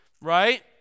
right